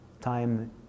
time